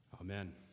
Amen